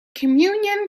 communion